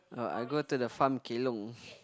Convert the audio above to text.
no I go to the farm kelong